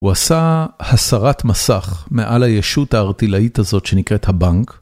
הוא עשה הסרת מסך מעל הישות הארטילאית הזאת שנקראת הבנק.